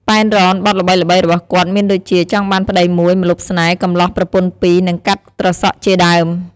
ប៉ែន រ៉ន បទល្បីៗរបស់គាត់មានដូចជា ចង់បានប្ដីមួយ ម្លប់ស្នេហ៍ កំលោះប្រពន្ធពីរ និងកាត់ត្រសក់ជាដើម។